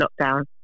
lockdown